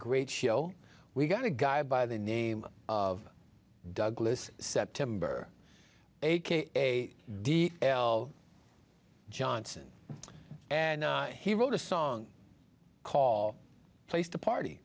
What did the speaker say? great show we got a guy by the name of douglas september a d johnson and he wrote a song call a place to party